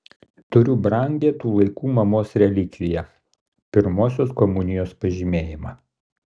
turiu brangią tų laikų mamos relikviją pirmosios komunijos pažymėjimą